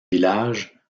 village